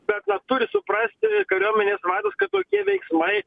bet na turi suprasti kariuomenės vadas kad tokie veiksmai